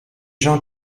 gens